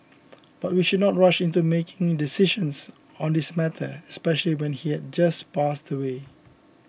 but we should not rush into making decisions on this matter especially when he had just passed away